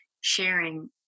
sharing